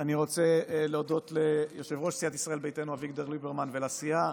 אני רוצה להודות ליושב-ראש סיעת ישראל ביתנו אביגדור ליברמן ולסיעה,